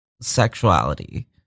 sexuality